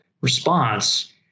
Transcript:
response